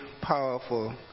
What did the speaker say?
powerful